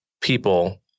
people